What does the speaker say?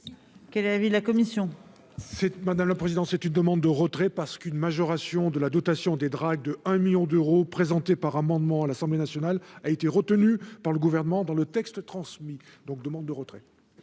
Qu'est l'avis de la commission. C'est maintenant le président c'est une demande de retrait parce qu'une majoration de la dotation des Drag de un 1000000 d'euros, présenté par amendement à l'Assemblée nationale, a été retenu par le gouvernement dans le texte transmis donc demande de retrait.